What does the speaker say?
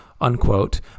unquote